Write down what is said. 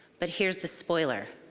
but here's the spoiler.